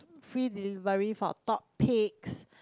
free delivery for top picks